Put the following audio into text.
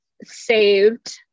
saved